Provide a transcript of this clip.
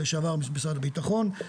לשעבר במשרד הביטחון.